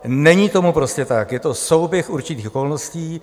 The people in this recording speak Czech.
Není tomu prostě tak, je to souběh určitých okolností.